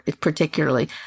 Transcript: particularly